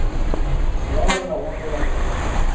ம் லோக்கல் தான் லோக்கல் தான் பக்கத்தில் தான் இருக்கோம்